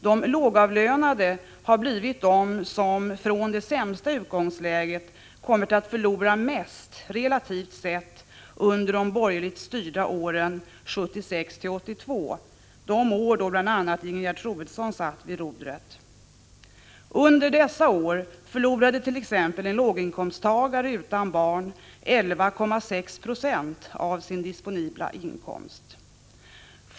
De lågavlönade har blivit de som från det sämsta utgångsläget kommit att förlora mest, relativt sett, under åren med borgerligt styre, 1976-1982, de år då bl.a. Ingegerd Troedsson satt vid rodret. Under dessa år förlorade t.ex. en låginkomsttagare utan barn 11,6 76 av sin disponibla inkomst.